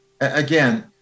again